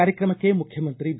ಕಾರ್ಯಕ್ರಮಕ್ಷೆ ಮುಖ್ಯಮಂತ್ರಿ ಬಿ